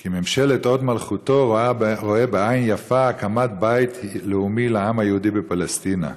כי ממשלת הוד מלכותו רואה בעין יפה הקמת בית לאומי לעם היהודי בפלשתינה,